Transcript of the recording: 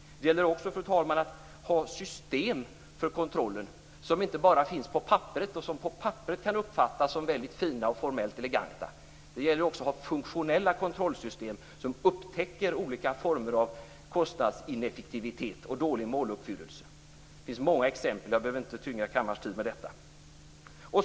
Det gäller också, fru talman, att ha system för kontrollen som inte bara finns på papperet, sådana som på papperet kan uppfattas som väldigt fina och formellt eleganta. Det gäller att också ha funktionella kontrollsystem som upptäcker olika former av kostnadsineffektivitet och dålig måluppfyllelse. Det finns många exempel. Jag behöver inte tynga kammaren med detta.